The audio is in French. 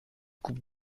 coupe